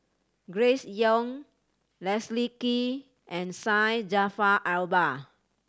Grace Young Leslie Kee and Syed Jaafar Albar